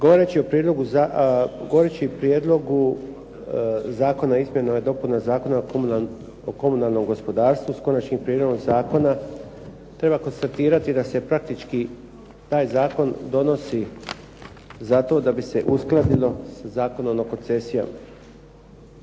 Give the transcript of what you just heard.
Govoreći o Prijedlogu zakona o izmjenama i dopunama Zakona o komunalnom gospodarstvu, s konačnim prijedlogom zakona, treba konstatirati da se praktički taj zakon donosi zato da bi se uskladilo sa Zakonom o koncesijama.